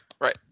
right